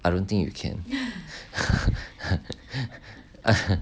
I don't think you can